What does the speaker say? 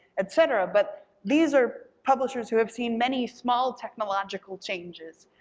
et cetera. but these are publishers who have seen many small technological changes,